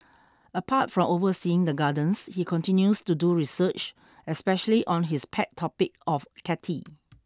apart from overseeing the Gardens he continues to do research especially on his pet topic of catty